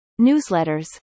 newsletters